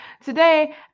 today